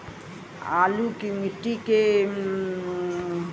आलू की खेती के लिए मिट्टी कैसे तैयार करें जाला?